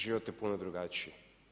Život je puno drugačiji.